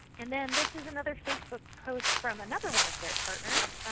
and then this is another facebook post from another one of their partners,